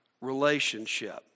relationship